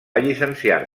llicenciar